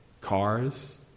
Cars